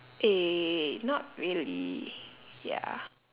eh not really ya